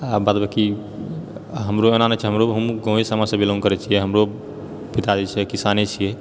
आ बाद बांँकी हमरो एना नहि छै हमहूँ गांँवे समाजसँ बिलौङ्ग करैत छियै हमरो पिता जे छै किसाने छियै